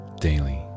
daily